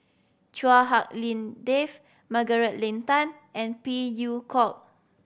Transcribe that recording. Chua Hak Lien Dave Margaret Leng Tan and Phey Yew Kok